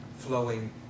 flowing